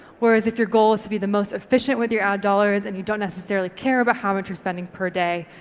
whereas if your goal is to be the most efficient with your ad dollars and you don't necessarily care about how much you're spending per day,